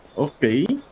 of the